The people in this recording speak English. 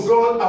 God